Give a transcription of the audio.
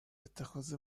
اتخاذ